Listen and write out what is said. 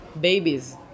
babies